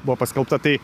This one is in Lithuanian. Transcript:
buvo paskelbta tai